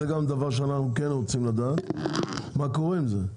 זה גם דבר שאנחנו רוצים לדעת מה קורה עם זה,